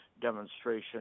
demonstration